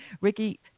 ricky